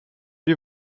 die